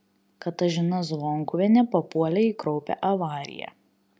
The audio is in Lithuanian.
katažina zvonkuvienė papuolė į kraupią avariją